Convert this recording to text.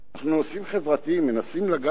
נושאים חברתיים, מנסים לגעת בהם.